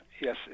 yes